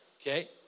Okay